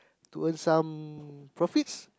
to earn some profits